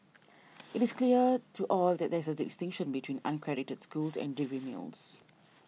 it is clear to all that there is a distinction between unaccredited schools and degree mills